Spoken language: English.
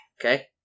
Okay